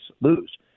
lose